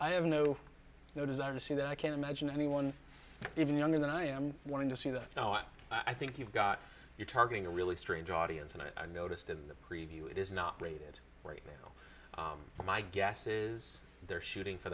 i have no no desire to see that i can't imagine anyone even younger than i am wanting to see that now and i think you've got you're targeting a really strange audience and i noticed in the preview it is not rated right now but my guess is they're shooting for